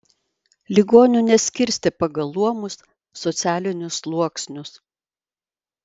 ligonių neskirstė pagal luomus socialinius sluoksnius